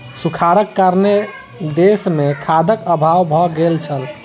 सूखाड़क कारणेँ देस मे खाद्यक अभाव भ गेल छल